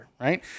right